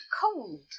cold